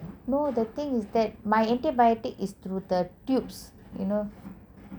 no the thing is that my antibiotics is through the tube